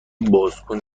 بازکن